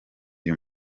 uyu